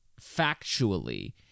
factually